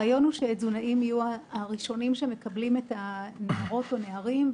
הרעיון הוא שתזונאים יהיו הראשונים שמקבלים את הנערות או הנערים,